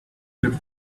should